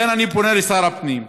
לכן, אני פונה לשר הפנים: